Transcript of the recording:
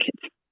kids